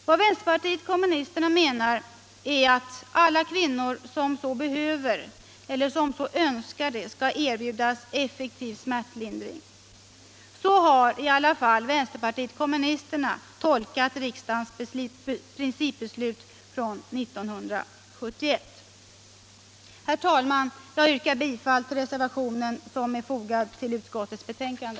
Vad vänsterpartiet kommunisterna menar är att alla kvinnor som så behöver eller önskar skall erbjudas effektiv smärtlindring. Så har i alla fall vänsterpartiet kommunisterna tolkat riksdagens principbeslut från 1971. Herr talman! Jag yrkar bifall till den reservation som är fogad till utskottets betänkande.